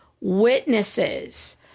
witnesses